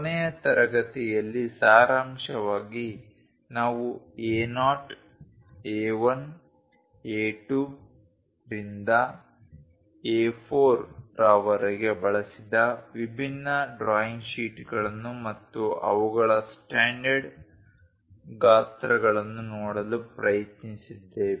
ಕೊನೆಯ ತರಗತಿಯಲ್ಲಿ ಸಾರಾಂಶವಾಗಿ ನಾವು A0 A1 A2 ರಿಂದ A4 ರವರೆಗೆ ಬಳಸಿದ ವಿಭಿನ್ನ ಡ್ರಾಯಿಂಗ್ ಶೀಟ್ಗಳನ್ನು ಮತ್ತು ಅವುಗಳ ಸ್ಟಾಂಡರ್ಡ್ ಗಾತ್ರಗಳನ್ನು ನೋಡಲು ಪ್ರಯತ್ನಿಸಿದ್ದೇವೆ